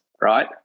right